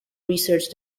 research